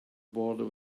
border